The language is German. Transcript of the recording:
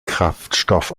kraftstoff